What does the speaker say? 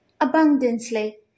abundantly